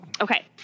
Okay